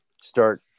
start